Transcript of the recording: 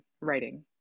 writing